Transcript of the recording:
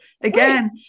again